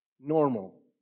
normal